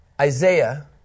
Isaiah